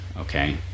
okay